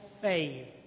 faith